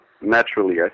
naturally